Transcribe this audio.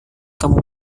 kamu